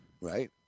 right